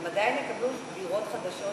הם עדיין יקבלו דירות חדשות